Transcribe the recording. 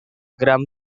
gram